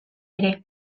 ere